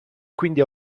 quindi